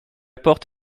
porte